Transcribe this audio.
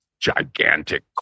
gigantic